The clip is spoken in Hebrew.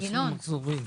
ל"מסלול מחזורים".